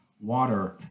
water